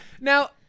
Now